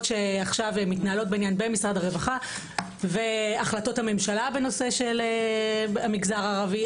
שהיום מתנהלות במשרד הרווחה והחלטות הממשלה בנוגע המגזר הערבי